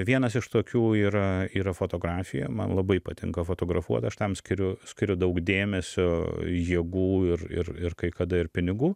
vienas iš tokių yra yra fotografija man labai patinka fotografuot aš tam skiriu skiriu daug dėmesio jėgų ir ir ir kai kada ir pinigų